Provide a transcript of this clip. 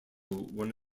one